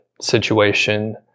situation